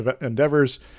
endeavors